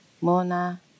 Mona